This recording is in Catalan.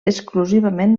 exclusivament